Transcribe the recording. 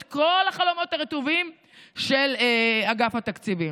את כל החלומות הרטובים של אגף התקציבים.